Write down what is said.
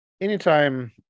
anytime